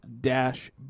dash